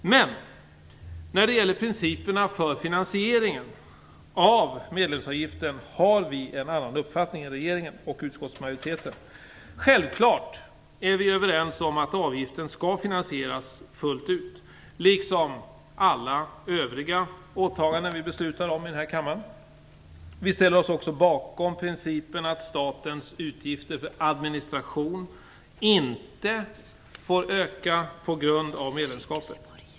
Men när det gäller principerna för finansiering av medlemsavgiften har vi en annan uppfattning än regeringen och utskottsmajoriteten. Självfallet är vi överens om att avgiften skall finansieras fullt ut, liksom alla övriga åtaganden i denna kammare. Vi ställer oss bakom principen att statens utgifter för administration inte får öka på grund av medlemskapet.